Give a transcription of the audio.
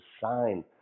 sign